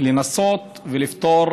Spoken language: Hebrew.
לנסות ולפתור